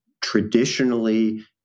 traditionally